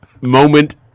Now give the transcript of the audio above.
moment